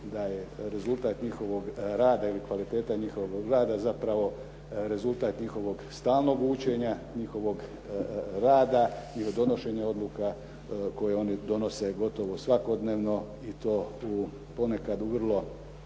da je rezultat njihovog rada ili kvaliteta njihovog rada zapravo rezultat njihovog stalnog učenja, njihovog rada i u donošenju odluke koje oni donose gotovo svakodnevno i to u ponekad u vrlo